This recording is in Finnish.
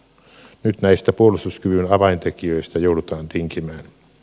nyt näistä puolustuskyvyn avaintekijöistä joudutaan tinkimään